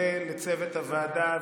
לצוות הוועדה,